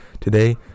Today